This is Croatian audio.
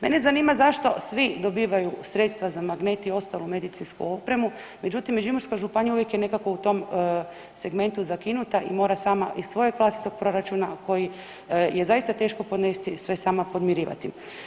Mene zanima zašto svi dobivaju sredstva za magnet i ostalu medicinsku opremu, međutim Međimurska županija uvijek je nekako u tom segmentu zakinuta i mora sama iz svojeg vlastitog proračuna, koji je zaista teško podnesti, sve sama podmirivati?